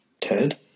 Ted